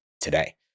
today